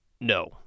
no